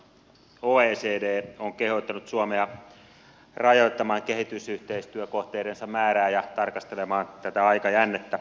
oecd on kehottanut suomea rajoittamaan kehitysyhteistyökohteidensa määrää ja tarkastelemaan tätä aikajännettä